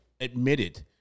admitted